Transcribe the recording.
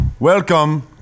Welcome